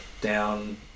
down